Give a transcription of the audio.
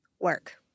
work